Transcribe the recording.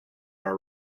our